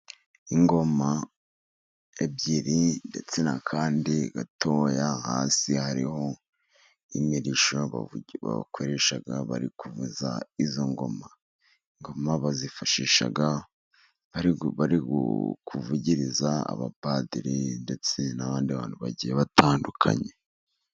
Ingoma ebyiri ndetse n'akandi gatoya, hasi hariho imirishyo bakoresha bari kuvuza izo ngoma, ingoma bazifashisha bari kuvugiriza abapadiri, ndetse n'abandi bantu bagiye batandukanye.